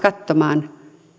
katsomaan